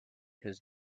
his